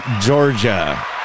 Georgia